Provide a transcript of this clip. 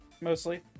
mostly